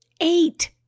Eight